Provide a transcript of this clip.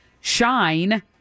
Shine